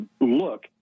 look